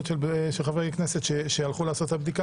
של חברי כנסת שהלכו לעשות את הבדיקה